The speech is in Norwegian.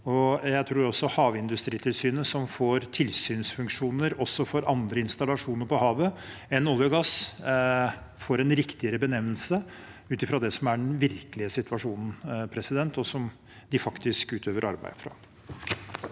Jeg tror også Havindustritilsynet, som får tilsynsfunksjoner også for andre installasjoner på havet enn olje og gass, får en riktigere benevnelse ut fra det som er den virkelige situasjonen, og det de faktisk utøver arbeid på.